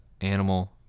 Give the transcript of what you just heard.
animal